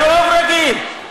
ברוב רגיל,